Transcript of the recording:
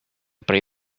pray